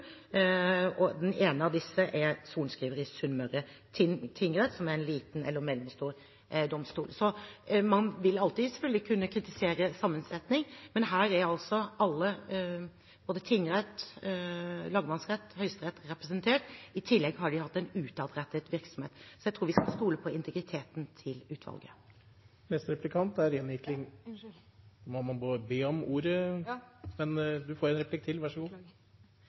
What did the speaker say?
og den ene av disse er sorenskriver i Sunnmøre tingrett, som er en liten eller mellomstor domstol. Man vil alltids kunne kritisere sammensetningen, men her er altså både tingrett, lagmannsrett og Høyesterett representert, og i tillegg har de hatt en utadrettet virksomhet. Så jeg tror vi skal stole på integriteten til utvalget. Skal representanten ha en replikk til? Man må be om ordet. Beklager, president, jeg var opptatt av å lytte til statsråden. Det er klart at det har vært god